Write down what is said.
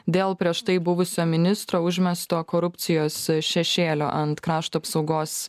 dėl prieš tai buvusio ministro užmesto korupcijos šešėlio ant krašto apsaugos